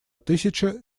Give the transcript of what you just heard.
тысяча